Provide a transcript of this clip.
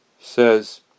says